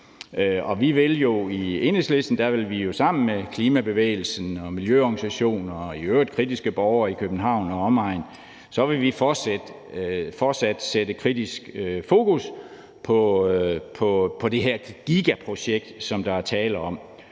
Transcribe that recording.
I Enhedslisten vil vi jo sammen med klimabevægelsen, miljøorganisationer og i øvrigt kritiske borgere i København og omegn fortsat sætte kritisk fokus på det her gigaprojekt, som der er tale om,